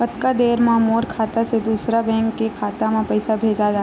कतका देर मा मोर खाता से दूसरा बैंक के खाता मा पईसा भेजा जाथे?